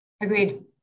Agreed